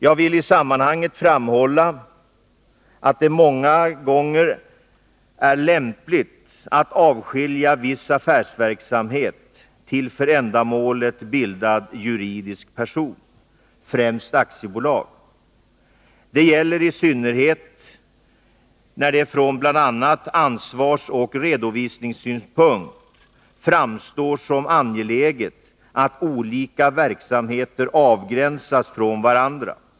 Jag vill i sammanhanget framhålla att det många gånger är lämpligt att avskilja viss affärsverksamhet till för ändamålet bildad juridisk person, främst aktiebolag. Detta gäller i synnerhet när det från bl.a. ansvarsoch redovisningssynpunkt framstår som angeläget att olika verksamheter avgränsas från varandra.